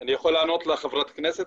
אני יכול לענות לחברת הכנסת?